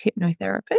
hypnotherapist